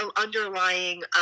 underlying